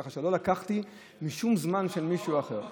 ככה שלא לקחתי משום זמן של מישהו אחר.